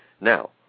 Now